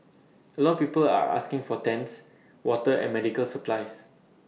A lot of people are asking for tents water and medical supplies